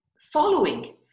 following